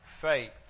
faith